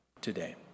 today